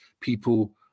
people